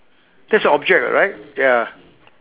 that's an object [what] right ya